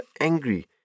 angry